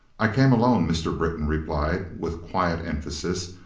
i came alone, mr. britton replied, with quiet emphasis,